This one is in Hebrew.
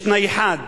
יש תנאי אחד